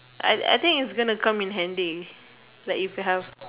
I I think it is going to come in handy like if you have